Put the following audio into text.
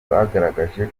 rwagaragaje